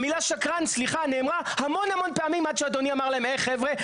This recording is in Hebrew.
המילה "שקרן" נאמרה המון המון פעמים עד שאדוני אמר להם להירגע.